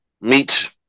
meet